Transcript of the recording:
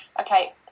okay